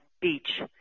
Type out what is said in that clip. Beach